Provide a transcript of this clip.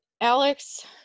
Alex